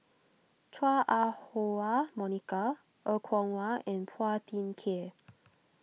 Chua Ah Huwa Monica Er Kwong Wah and Phua Thin Kiay